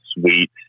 Sweet